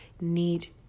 need